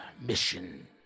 mission